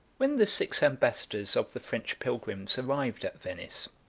when the six ambassadors of the french pilgrims arrived at venice,